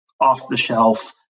off-the-shelf